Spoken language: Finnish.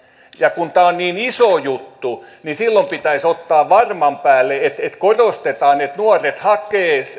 ja kun tämä on niin iso juttu niin silloin pitäisi ottaa varman päälle että korostetaan että nuoret hakevat pääosin